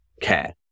care